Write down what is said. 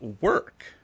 Work